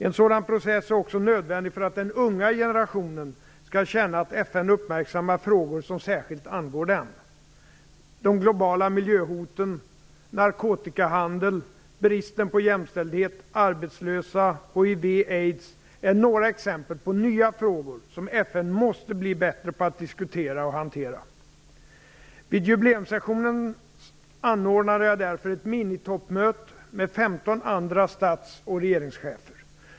En sådan process är också nödvändig för att den unga generationen skall känna att FN uppmärksammar frågor som särskilt angår den. De globala miljöhoten, narkotikahandeln, bristen på jämställdhet, arbetslöshet samt hiv och aids är några exempel på nya frågor som FN måste bli bättre på att diskutera och hantera. Vid jubileumssessionen anordnade jag därför ett "minitoppmöte" med 15 andra stats och regeringschefer.